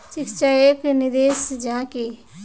शिक्षा एक निवेश जाहा की?